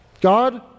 God